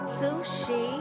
sushi